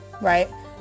right